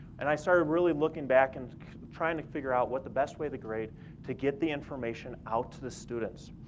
and i started really looking back and trying to figure out what the best way to grade to get the information out to the students.